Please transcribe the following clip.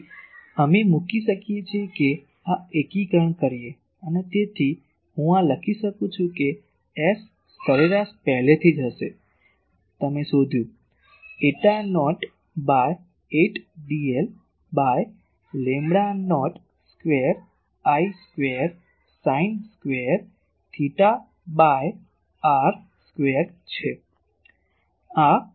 તેથી અમે મૂકી શકીએ છીએ કે આ એકીકરણ કરીએ અને તેથી હું આ લખી શકું છું કે S સરેરાશ પહેલેથી જ હશે તમે શોધયું eta naught by 8 dl by lambda naught square I square sine square theta by r square છે